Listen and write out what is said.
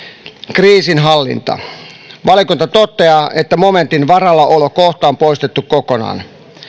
kriisinhallinta valiokunta toteaa että momentin varalla olo kohta on poistettu kokonaan